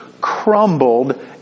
crumbled